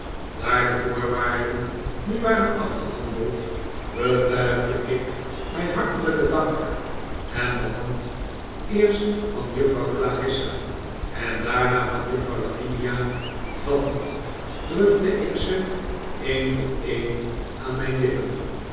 daar de voorwaarden nu waren afgehandeld betuigde ik mijn hartelijken dank en de hand eerst van juffrouw clarissa en daarna van juffrouw lavinia vattend drukte ik ze een voor een aan mijn lippen